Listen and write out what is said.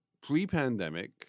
pre-pandemic